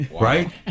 Right